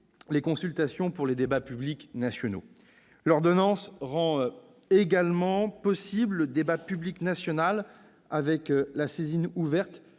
les consultations pour les débats publics nationaux. L'ordonnance rend également possible le débat public national avec la saisine ouverte